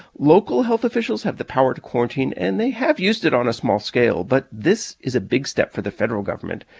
local health officials have the power to quarantine, and they have used it on a small scale. but this is a big step for the federal government.